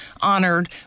honored